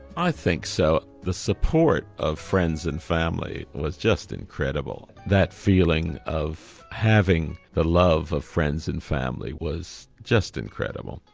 i think so, the support of friends and family was just incredible, that feeling of having the love of friends and family was just incredible.